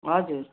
हजुर